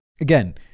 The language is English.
Again